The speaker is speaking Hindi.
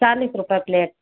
चालीस रुपये प्लेट